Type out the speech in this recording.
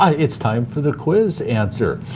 ah it's time for the quiz answer.